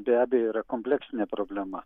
be abejo yra kompleksinė problema